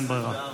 אין ברירה.